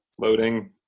loading